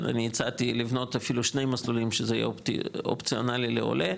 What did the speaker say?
אני הצעתי אפילו לבנות שני מסלולים שזה יהיה אופציונאלי לעולה,